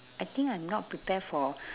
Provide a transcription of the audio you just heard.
I think I'm not prepare for